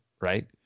right